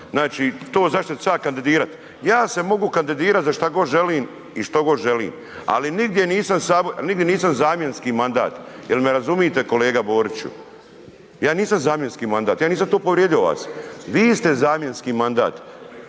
Znači, to za što ću se ja kandidirat, ja se mogu kandidirat za šta god želim i što god želim, ali nigdje nisam zamjenski mandat jel me razumijete kolega Boriću, ja nisam zamjenski mandat ja nisam tu povrijedio vas. Vi ste zamjenski mandat,